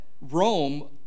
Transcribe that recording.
Rome